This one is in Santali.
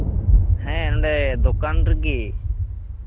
ᱦᱮᱸ ᱚᱸᱰᱮ ᱫᱚᱠᱟᱱ ᱨᱮᱜᱮ